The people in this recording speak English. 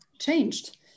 changed